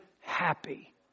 happy